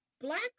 Black